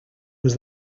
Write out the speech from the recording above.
was